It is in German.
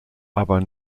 aber